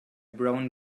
brown